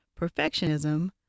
perfectionism